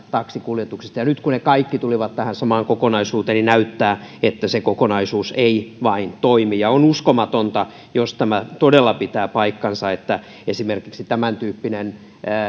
taksikuljetuksista nyt kun ne kaikki tulivat tähän samaan kokonaisuuteen niin näyttää siltä että se kokonaisuus ei vain toimi ja on uskomatonta jos tämä todella pitää paikkansa että esimerkiksi tämäntyyppinen